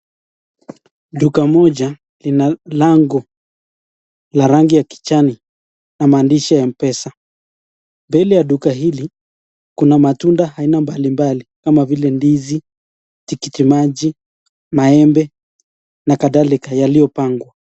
Duka moja ina lango la rangi ya kijani na maandishi ya mpesa. Mbele ya duka hili kuna matunda aina mbali mbali kama vile ndizi, tikiti maji ,maembe na kadhalika yaliyopangwa.